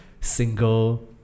single